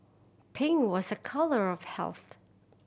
pink was a colour of health